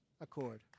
Accord